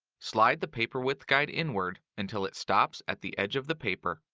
slide the paper width guide inward until it stops at the edge of the paper.